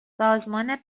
سازمان